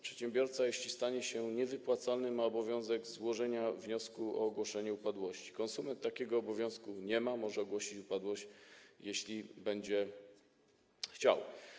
Przedsiębiorca, jeśli stanie się niewypłacalny, ma obowiązek złożenia wniosku o ogłoszenie upadłości, konsument takiego obowiązku nie ma, może ogłosi upadłość, jeśli będzie chciał.